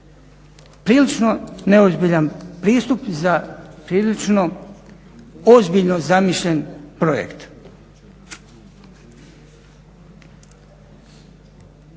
Prilično neozbiljan pristup za prilično ozbiljno zamišljen projekt.